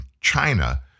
China